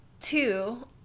two